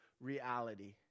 reality